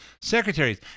secretaries